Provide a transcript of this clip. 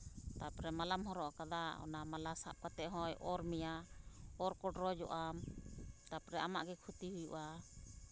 ᱛᱟᱯᱚᱨᱮ ᱢᱟᱞᱟᱢ ᱦᱚᱨᱚᱜ ᱠᱟᱫᱟ ᱚᱱᱟ ᱢᱟᱞᱟ ᱥᱟᱵ ᱠᱟᱛᱮᱫ ᱦᱚᱸᱭ ᱚᱨ ᱢᱮᱭᱟ ᱚᱨ ᱠᱚᱰᱨᱚᱡᱚᱜᱼᱟᱢ ᱟᱨᱯᱚᱨᱮ ᱟᱢᱟᱜ ᱜᱮ ᱠᱷᱩᱛᱤ ᱦᱩᱭᱩᱜᱼᱟ